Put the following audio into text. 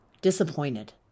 disappointed